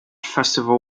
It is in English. festival